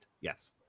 Yes